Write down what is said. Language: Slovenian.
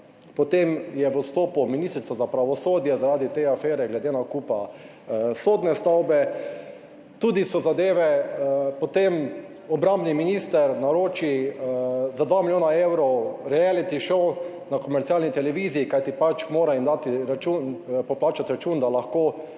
potem je v odstopu ministrica za pravosodje, zaradi te afere glede nakupa sodne stavbe, tudi so zadeve. Potem obrambni minister naroči za 2 milijona evrov "reality šov" na komercialni televiziji, kajti pač mora jim dati račun, poplačati račun, da lahko